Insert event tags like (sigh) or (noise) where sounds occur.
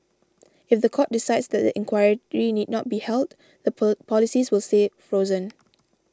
if the court decides that the inquiry need not be held the (noise) policies will stay frozen